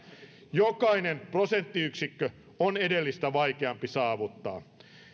jokainen prosenttiyksikkö on edellistä vaikeampi saavuttaa